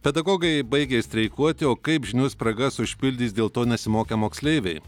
pedagogai baigė streikuoti o kaip žinių spragas užpildys dėl to nesimokę moksleiviai